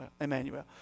Emmanuel